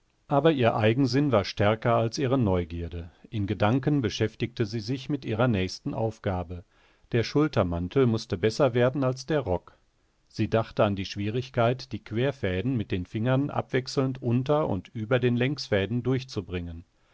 aber ihr eigensinn war stärker als ihre neugierde in gedanken beschäftigte sie sich mit ihrer nächsten aufgabe der schultermantel mußte besser werden als der rock sie dachte an die schwierigkeit die querfäden mit den fingern abwechselnd unter und über den längsfäden durchzubringen